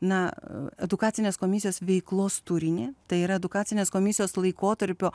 na edukacinės komisijos veiklos turinį tai yra edukacinės komisijos laikotarpio